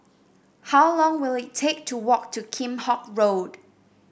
how long will it take to walk to Kheam Hock Road